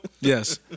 Yes